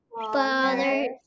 Father